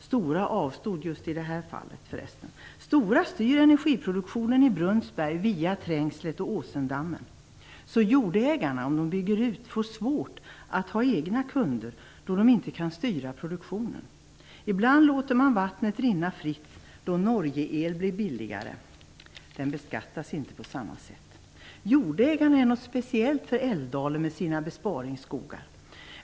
Stora avstod förresten just i det här fallet. Stora styr energiproduktionen i Brunnsberg via Trängslet och Åsendammen. Det gör att jordägarna vid en utbyggnad får svårt att finna egna kunder, då de inte kan styra produktionen. Ibland låter man vattnet rinna fritt, då norsk el blir billigare. Den beskattas inte på samma sätt. Jordägarna är något speciellt för Älvdalen med sina besparingsskogar.